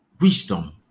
wisdom